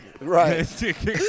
Right